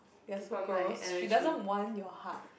you are so girls she doesn't want your heart